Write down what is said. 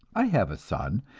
i have a son,